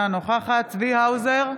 אינה נוכחת צבי האוזר,